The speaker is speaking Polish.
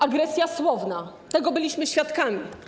Agresja słowna - tego byliśmy świadkami.